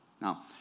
Now